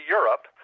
Europe